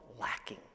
lacking